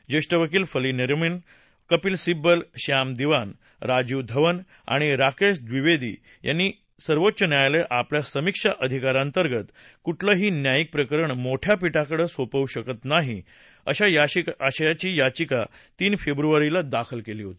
ज्येष्ठ वकील फली नरिमन कपिल सिब्बल श्याम दिवान राजीव धवन आणि राकेश द्विवेदी यांनी सर्वोच्च न्यायालय आपल्या समीक्षा अधिकारांतर्गत कुठलंही न्यायिक प्रकरण मोठ्या पीठाकडं सोपवू शकत नाही अशा आशयाची याचिका तीन फेब्रुवारीला दाखल केली होती